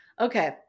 Okay